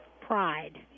Pride